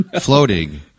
floating